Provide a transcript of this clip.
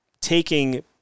taking